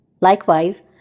Likewise